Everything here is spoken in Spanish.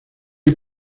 hay